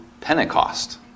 Pentecost